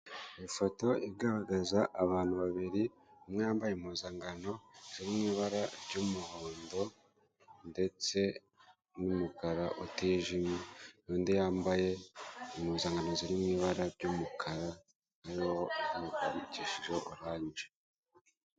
Ifoto igaragaza abantu babiri, umwe yambaye impuzankano iri mu ibara ry'umuhondo, ndetse n'umukara utijimye, undi yambaye impuzankano ziri mu ibara ry'umukara, noneho wandikishijeho oranje.